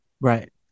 Right